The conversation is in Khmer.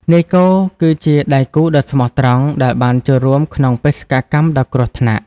នាយគោគឺជាដៃគូដ៏ស្មោះត្រង់ដែលបានចូលរួមក្នុងបេសកកម្មដ៏គ្រោះថ្នាក់។